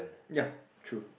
ya true